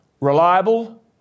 reliable